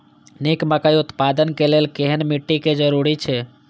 निक मकई उत्पादन के लेल केहेन मिट्टी के जरूरी छे?